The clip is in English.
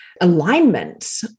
alignment